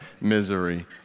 misery